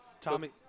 Tommy